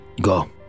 Go